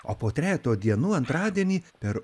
o po trejeto dienų antradienį per